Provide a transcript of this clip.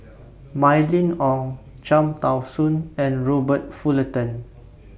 Mylene Ong Cham Tao Soon and Robert Fullerton